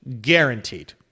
guaranteed